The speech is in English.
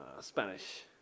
Spanish